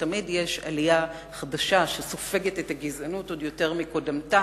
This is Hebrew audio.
ותמיד יש עלייה חדשה שסופגת את הגזענות עוד יותר מקודמתה,